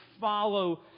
follow